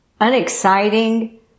unexciting